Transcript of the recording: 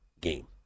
game